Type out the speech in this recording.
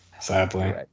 sadly